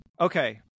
Okay